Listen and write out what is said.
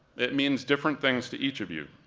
it means different things to each of you.